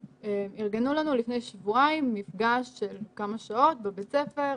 ארגנו לנו לפני שבועיים מפגש של כמה שעות בבית הספר,